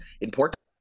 important